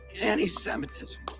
Anti-Semitism